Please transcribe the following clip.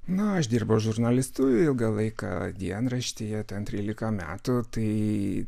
na aš dirbau žurnalistu ilgą laiką dienraštyje ten trylika metų tai